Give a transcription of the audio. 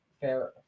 fair